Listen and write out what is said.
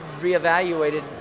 reevaluated